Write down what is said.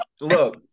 look